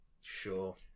Sure